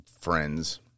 friends